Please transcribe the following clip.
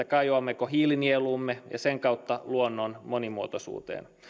kajoammeko hiilinieluumme ja sen kautta luonnon monimuotoisuuteen